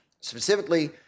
specifically